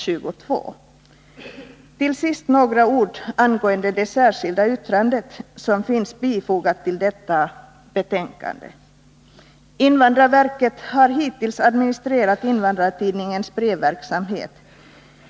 Till sist vill jag säga några ord angående det särskilda yttrande som är bifogat till detta betänkande. Invandrarverket har hittills administrerat Invandrartidningens brevverksamhet.